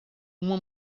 uma